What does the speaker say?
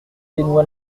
dénoua